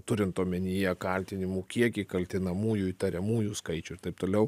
turint omenyje kaltinimų kiekį kaltinamųjų įtariamųjų skaičių ir taip toliau